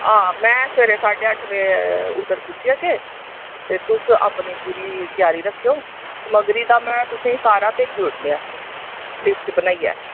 आं में सबैह्रे साढ़े अट्ठ बजे उद्धर पुज्जी जाह्गे ते तुस अपनी पूरी त्यारी रक्खेओ ते समग्री दा में तुसेंगी सारा भेजी ओड़नेआं लिस्ट बनाइयै